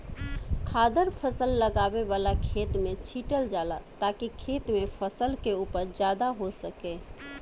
खादर फसल लगावे वाला खेत में छीटल जाला ताकि खेत में फसल के उपज ज्यादा हो सके